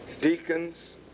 deacons